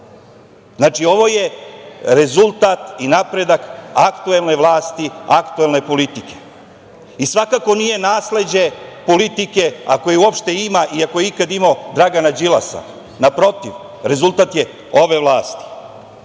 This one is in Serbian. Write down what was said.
Znači, ovo je rezultat i napredak aktuelne vlasti, aktuelne politike.I svakako nije nasleđe politike, ako je uopšte ima i ako je ikada imao Dragana Đilasa. Naprotiv, rezultat je ove vlasti. Naravno